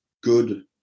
good